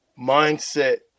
mindset